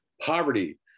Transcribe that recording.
poverty